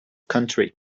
country